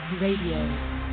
Radio